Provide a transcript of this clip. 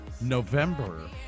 November